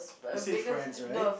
you said friends right